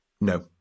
no